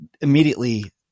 immediately